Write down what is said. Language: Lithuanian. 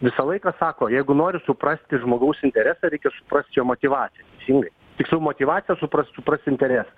visą laiką sako jeigu nori suprasti žmogaus interesą reikia suprast jo motyvaciją teisingai tiksliau motyvaciją suprast suprast interesą